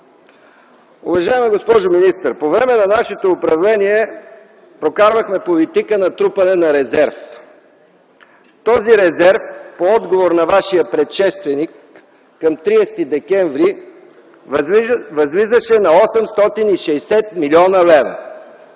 Уважаема госпожо министър, по време на нашето управление прокарвахме политика на трупане на резерв. Този резерв по отговор на Вашия предшественик към 30 декември възлизаше на 860 млн. лв.